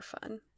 fun